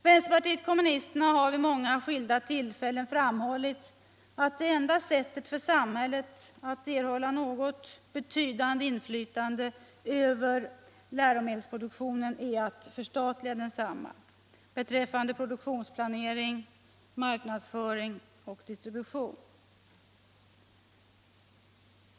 Vpk har vid många skilda tillfällen framhållit att det enda sättet för samhället att erhålla något betydande inflytande över läromedelsproduktionen är att förstatliga densamma beträffande produktionsplanering, marknadsföring och distribution.